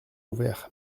ouverts